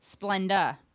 Splenda